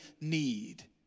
need